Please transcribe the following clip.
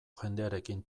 jendearekin